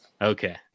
Okay